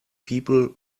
people